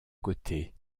côté